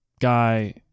guy